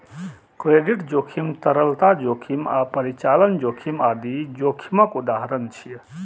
credit जोखिम, तरलता जोखिम आ परिचालन जोखिम आदि जोखिमक उदाहरण छियै